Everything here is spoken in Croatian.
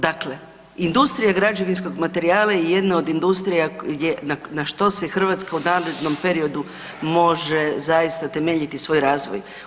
Dakle, industrija građevinskog materijala je jedna od industrija na što se Hrvatska u narednom periodu može zaista temeljiti svoj razvoj.